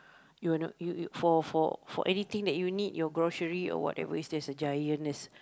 you will not you you for for for anything that you need your grocery or whatever there's a grocery there's a giant there's